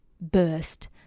burst